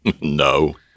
No